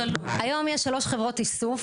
היום יש שלוש חברות איסוף,